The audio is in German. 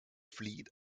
flieht